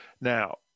now